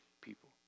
people